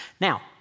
Now